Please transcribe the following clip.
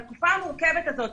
בתקופה המורכבת הזאת,